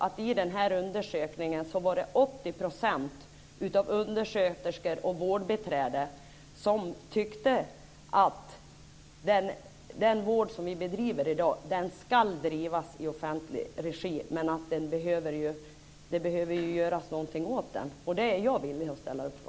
I den här undersökningen tycker 80 % av undersköterskorna och vårdbiträdena att den vård som bedrivs i dag ska drivas i offentlig regi men att det behöver göras något åt den. Det är jag villig att ställa upp på.